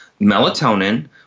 melatonin